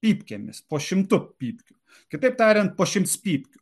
pypkėmis po šimtų pypkių kitaip tariant po šimts pypkių